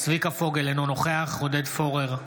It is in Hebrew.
צביקה פוגל, אינו נוכח עודד פורר,